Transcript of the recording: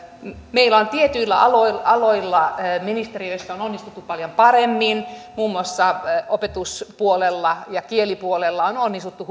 meillä on tietyillä aloilla aloilla ministeriöissä onnistuttu paljon paremmin muun muassa opetuspuolella ja kielipuolella on onnistuttu